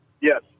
yes